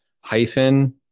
hyphen